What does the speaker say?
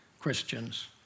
Christians